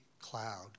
cloud